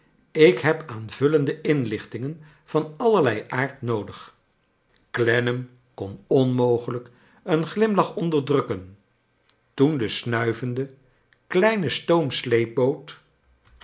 ik heb aanvullende inlichtingen van allerlei aard noodig clennam kon onmogelijk een glimieh onderdrukken toen de snuivende kleine stoom sleepboot